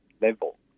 level